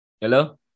Hello